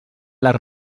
les